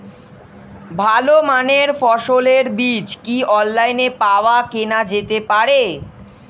ভালো মানের ফসলের বীজ কি অনলাইনে পাওয়া কেনা যেতে পারে?